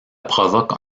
provoque